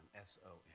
S-O-N